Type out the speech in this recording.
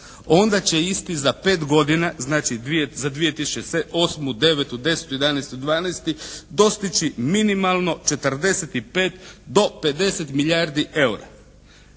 onda će isti za pet godina znači za 2008., 2009., 2010., 2011. i 2012. dostići minimalno 45 do 50 milijardi eura.